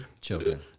Children